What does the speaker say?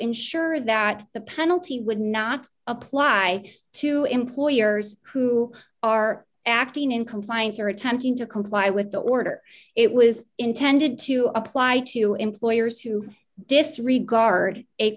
ensure that the penalty would not apply to employers who are acting in compliance or attempting to comply with the order it was intended to apply to employers who disregard